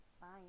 fine